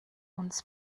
uns